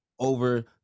Over